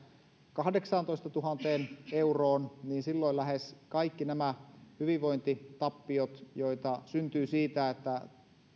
kahdeksaantoistatuhanteen euroon niin silloin lähes kaikki nämä hyvinvointitappiot joita syntyy siitä että